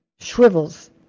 shrivels